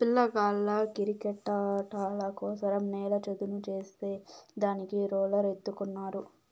పిల్లగాళ్ళ కిరికెట్టాటల కోసరం నేల చదును చేసే దానికి రోలర్ ఎత్తుకున్నారు